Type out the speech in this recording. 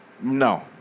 No